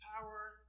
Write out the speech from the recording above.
power